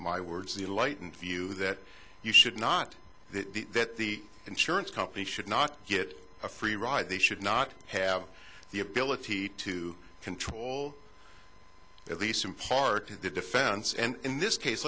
my words the light and view that you should not that the insurance companies should not get a free ride they should not have the ability to control at least in part to the defense and in this case